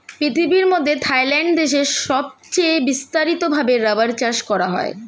পৃথিবীর মধ্যে থাইল্যান্ড দেশে সবচে বিস্তারিত ভাবে রাবার চাষ করা হয়